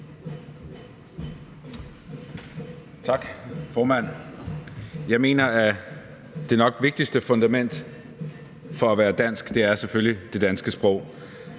Tak, formand. Jeg mener, at det nok vigtigste fundament for at være dansk selvfølgelig er det danske sprog.